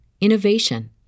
innovation